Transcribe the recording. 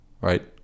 Right